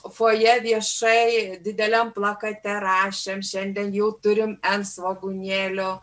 fojė viešai dideliam plakate rašėm šiandien jau turim en svogūnėlių